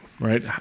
Right